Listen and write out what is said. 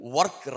Work